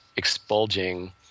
expulging